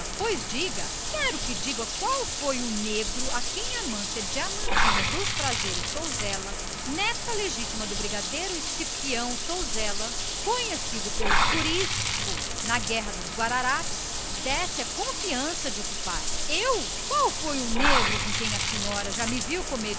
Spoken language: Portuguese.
pois diga quero que diga qual foi o negro a quem amância diamantina dos prazeres sousella neta legítima do brigadeiro cipião sousella conhecido pelo corisco na guerra dos guararapes desse algum dia a confiança de ocupar eu até brada ao céu qual foi o cabra com quem a senhora já me viu